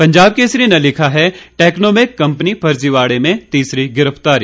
पंजाब केसरी ने लिखा है टैक्नोमैक कंपनी फर्जीवाड़े में तीसरी गिरफतारी